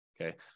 okay